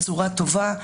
בצורה טובה,